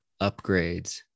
upgrades